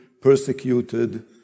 persecuted